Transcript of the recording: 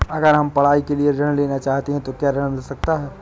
अगर हम पढ़ाई के लिए ऋण लेना चाहते हैं तो क्या ऋण मिल सकता है?